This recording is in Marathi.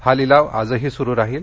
हा लिलाव आजही सुरू राहील